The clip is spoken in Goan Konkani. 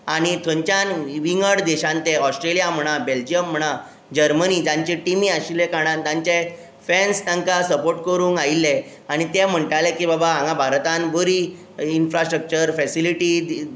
आनी थंयच्यान विंगड देशांत ते ऑस्ट्रेलिया म्हणा बेलजियम म्हणा जर्मनी तांचे टिमी आशिल्ल्या कारणान तांचे फॅन्स तांकां सपोर्ट करूंक आय़िल्ले ते म्हणटाले की बाबा हांगा भारतांत बरी इन्फ्रास्ट्रक्चर फॅसिलिटी